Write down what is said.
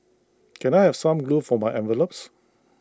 can I have some glue for my envelopes